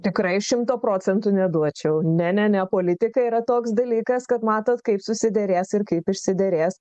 tikrai šimto procentų neduočiau ne ne ne politika yra toks dalykas kad matot kaip susiderės ir kaip išsiderės